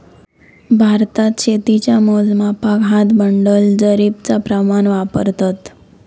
भारतात शेतीच्या मोजमापाक हात, बंडल, जरीबचा प्रमाण वापरतत